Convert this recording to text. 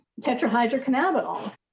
tetrahydrocannabinol